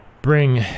bring